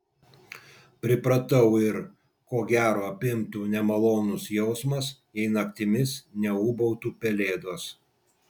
pripratau ir ko gero apimtų nemalonus jausmas jei naktimis neūbautų pelėdos